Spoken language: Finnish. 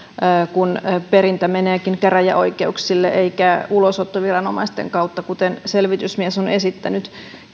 kun perintä meneekin käräjäoikeuksille eikä ulosottoviranomaisten kautta kuten selvitysmies on esittänyt